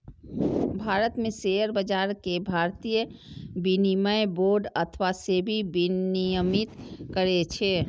भारत मे शेयर बाजार कें भारतीय विनिमय बोर्ड अथवा सेबी विनियमित करै छै